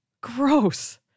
Gross